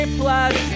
plus